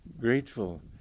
grateful